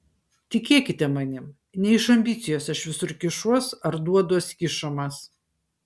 tikėkite manim ne iš ambicijos aš visur kišuos ar duoduos kišamas